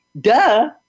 duh